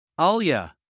Alia